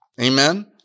Amen